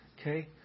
Okay